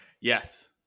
Yes